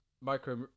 Micro